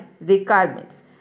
requirements